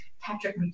Patrick